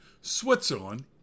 Switzerland